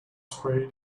sprayed